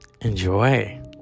enjoy